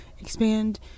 expand